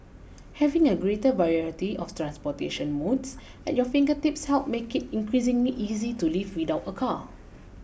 having a greater variety of transportation modes at your fingertips helps make it increasingly easy to live without a car